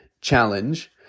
challenge